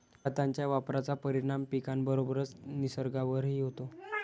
खतांच्या वापराचा परिणाम पिकाबरोबरच निसर्गावरही होतो